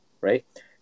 right